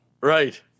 Right